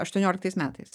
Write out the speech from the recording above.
aštuonioliktaisiais metais